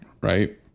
right